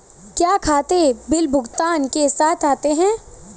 क्या खाते बिल भुगतान के साथ आते हैं?